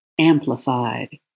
amplified